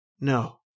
No